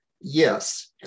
Yes